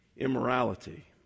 immorality